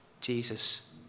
Jesus